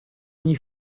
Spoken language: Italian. ogni